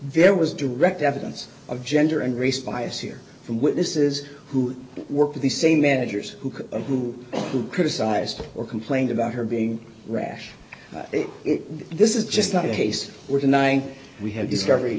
there was direct evidence of gender and race bias here from witnesses who worked at the same managers who could who who criticized or complained about her being rash this is just not a case we're denying we have discovery